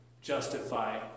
justify